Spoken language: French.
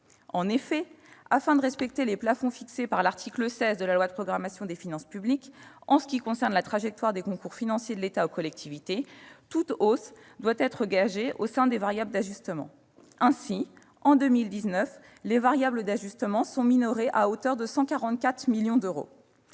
En effet, afin de respecter les plafonds fixés par l'article 16 de la loi de programmation des finances publiques pour les années 2018 à 2022 en ce qui concerne la trajectoire des concours financiers de l'État aux collectivités territoriales, toute hausse doit être gagée par le biais des variables d'ajustement. Ainsi, en 2019, les variables d'ajustement sont minorées à hauteur de 144 millions d'euros.